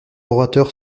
orateurs